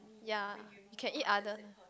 ya you can eat other